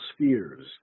spheres